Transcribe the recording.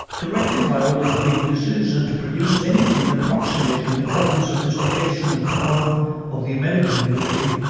to rectify all these weaknesses and to produce anything approximating the current sophistication and power of the american military,